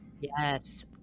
Yes